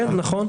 כן, נכון.